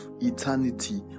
eternity